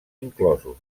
inclosos